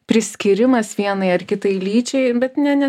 priskyrimas vienai ar kitai lyčiai bet ne ne